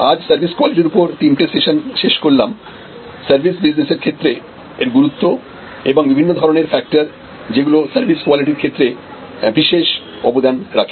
আজ সার্ভিস কোয়ালিটির উপরে তিনটে সেশন শেষ করলাম সার্ভিস বিজনেসের ক্ষেত্রে এর গুরুত্ব এবং বিভিন্ন ধরনের ফ্যাক্টর যেগুলো সার্ভিস কোয়ালিটির ক্ষেত্রে বিশেষ অবদান রাখে